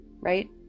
right